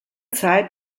zeit